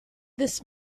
this